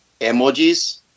emojis